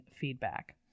feedback